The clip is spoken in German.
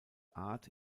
art